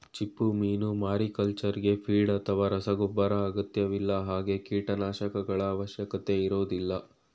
ಚಿಪ್ಪುಮೀನು ಮಾರಿಕಲ್ಚರ್ಗೆ ಫೀಡ್ ಅಥವಾ ರಸಗೊಬ್ಬರ ಅಗತ್ಯವಿಲ್ಲ ಹಾಗೆ ಕೀಟನಾಶಕಗಳ ಅವಶ್ಯಕತೆ ಇರೋದಿಲ್ಲ